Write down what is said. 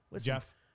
Jeff